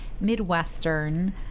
Midwestern